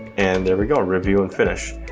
and there we go, review and finish.